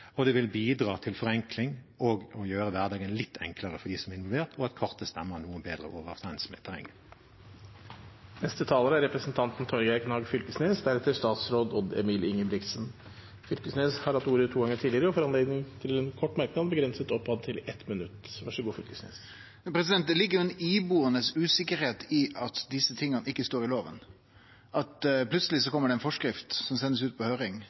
Det vil bidra til forenkling og kan gjøre hverdagen litt enklere for dem som er involvert, og til at kartet stemmer noe bedre overens med terrenget. Representanten Torgeir Knag Fylkesnes har hatt ordet to ganger tidligere og får ordet til en kort merknad, begrenset til 1 minutt. Det ligg jo ei ibuande usikkerheit i at desse tinga ikkje står i loven, at det plutseleg kjem ei forskrift som blir sendt ut på